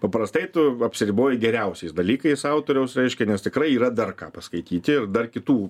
paprastai tu apsiriboji geriausiais dalykais autoriaus reiškia nes tikrai yra dar ką paskaityti ir dar kitų